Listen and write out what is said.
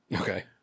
Okay